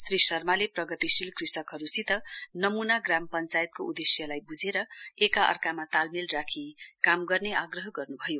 श्री शर्माले प्रगतिशील कृषकहरूसित नमूना ग्राम पञ्चायतको उदेश्यलाई ब्झेर एकाअर्कामा तालमेल राखि काम गर्ने आग्रह गर्न्भयो